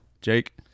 jake